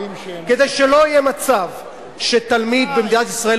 כדי שלא יהיה מצב שתלמיד במדינת ישראל,